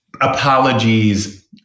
apologies